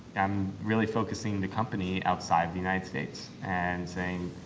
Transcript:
i'm really focusing the company outside of the united states and saying,